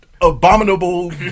abominable